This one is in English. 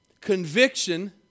Conviction